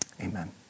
Amen